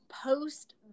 post